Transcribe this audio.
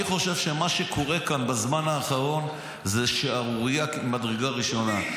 אני חושב שמה שקורה כאן בזמן האחרון זה שערורייה ממדרגה ראשונה.